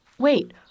Wait